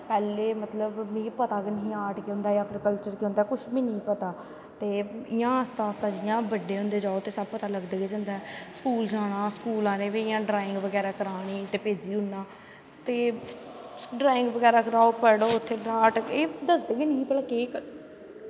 पैह्लें मतलव मिगी पता गै नेंई हा आर्ट केह् होंदा ऐ कल्रचर केह् होंदा कुश बी पता नेंई हा ते इयां आस्तै आस्ताबड्डे होंदे जाओ ते सब पता लगदा गै जंदा ऐ स्कूल जाना स्कूल आह्लें बी इयां ड्राईंग बगैरा करानी ते भेजी ओड़ना ते ड्राईंग बगैरा करो पढ़ो उत्थें आर्ट दसदे गै नी हे